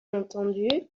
entendu